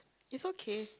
is okay